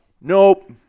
nope